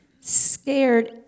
scared